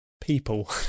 people